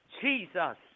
Jesus